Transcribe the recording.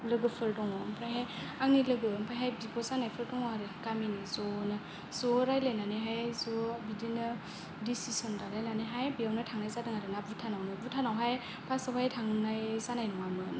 लोगोफोर दङ ओमफ्रायहाय आंनि लोगो ओमफ्रायहाय बिब' जानायफोर दङ आरो गामिनि ज'नो ज' रायलायनानैहाय ज' बिदिनो दिसिसन लालायनानैहाय बेवनो थांनाय जादों आरोना भुटानावनो भुटानावहाय फार्स्ट आवहाय थांनाय जानाय नङामोन